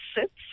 sits